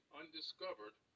undiscovered